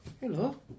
Hello